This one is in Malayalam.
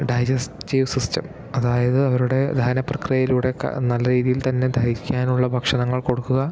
ഡൈജസ്റ്റീവ് സിസ്റ്റം അതായത് അവരുടെ ദഹന പ്രക്രിയയിലൂടെക്കെ നല്ല രീതിയിൽ തന്നെ ദഹിക്കാനുള്ള ഭക്ഷണങ്ങൾ കൊടുക്കുക